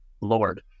Lord